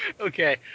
Okay